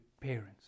parents